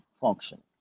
function